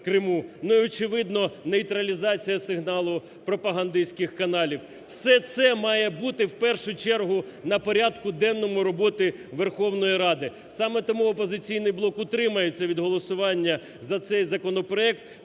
Ну і, очевидно, нейтралізація сигналу пропагандистських каналів. Все це має бути в першу чергу на порядку денному роботи Верховної Ради. Саме тому "Опозиційний блок" утримується від голосування за цей законопроект,